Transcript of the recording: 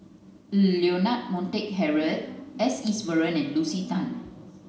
Leonard Montague Harrod S Iswaran and Lucy Tan